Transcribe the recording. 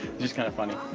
just kind of funny.